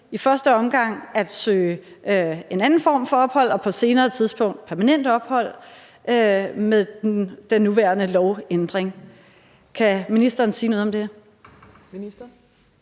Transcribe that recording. i første omgang at søge en anden form for ophold og på et senere tidspunkt permanent ophold med den nuværende lovændring. Kan ministeren sige noget om det?